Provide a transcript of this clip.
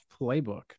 playbook